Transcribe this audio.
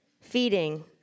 Feeding